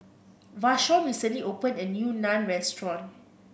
Vashon recently opened a new Naan Restaurant